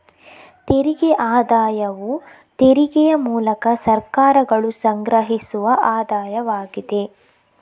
ತೆರಿಗೆ ಆದಾಯವು ತೆರಿಗೆಯ ಮೂಲಕ ಸರ್ಕಾರಗಳು ಸಂಗ್ರಹಿಸುವ ಆದಾಯವಾಗಿದೆ